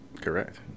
Correct